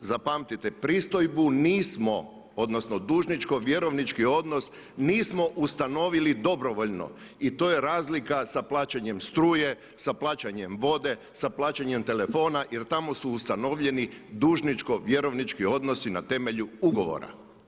Zapamtite pristojbu nismo odnosno dužničko vjerovnički odnos nismo ustanovili dobrovoljno i to je razlika sa plaćanjem struje, sa plaćanjem vode, sa plaćanjem telefona jer tamo su ustanovljeni dužničko vjerovnički odnosi na temelju ugovora.